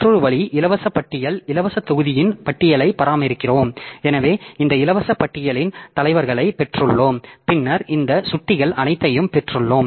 மற்றொரு வழி இலவச பட்டியல் இலவச தொகுதியின் பட்டியலைப் பராமரிக்கிறோம் எனவே இந்த இலவச பட்டியலின் தலைவர்களைப் பெற்றுள்ளோம் பின்னர் இந்த சுட்டிகள் அனைத்தையும் பெற்றுள்ளோம்